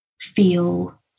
feel